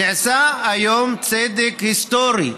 נעשה היום צדק היסטורי.